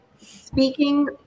speaking